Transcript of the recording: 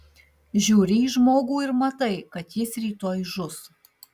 žiūri į žmogų ir matai kad jis rytoj žus